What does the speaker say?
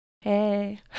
Hey